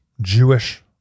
Jewish